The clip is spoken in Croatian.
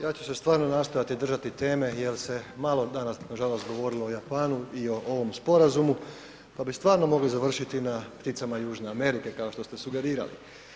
Ja ću se stvarno nastojati držati teme jer se malo danas nažalost govorilo o Japanu i o ovom sporazumu pa bi stvarno mogli završiti na pticama Južne Amerike kao što ste sugerirali.